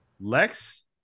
Lex